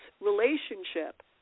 relationship